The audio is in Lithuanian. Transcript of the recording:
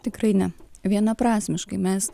tikrai ne vienaprasmiškai mes